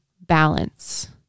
balance